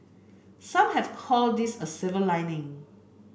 some have called this a silver lining